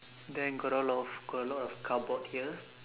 then got a lot of got a lot of cardboard here